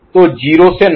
तो 0 से 9